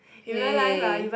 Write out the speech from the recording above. !hey!